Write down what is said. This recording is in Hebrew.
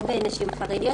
לא בנשים חרדיות,